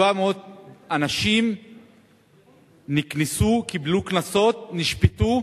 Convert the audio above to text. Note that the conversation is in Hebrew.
ו-700 אנשים נקנסו, קיבלו קנסות, נשפטו,